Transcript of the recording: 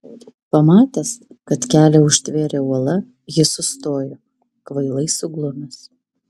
pamatęs kad kelią užtvėrė uola jis sustojo kvailai suglumęs